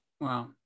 Wow